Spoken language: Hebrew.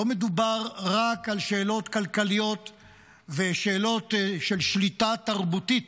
לא מדובר רק על שאלות כלכליות ושאלות של שליטה תרבותית